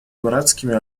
братскими